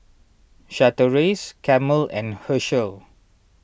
Chateraise Camel and Herschel